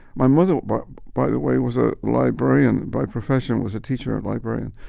my mother, but by the way, was a librarian by profession, was a teacher and librarian,